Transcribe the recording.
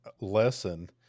lesson